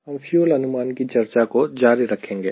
हम फ्यूल अनुमान की चर्चा को जारी रखेंगे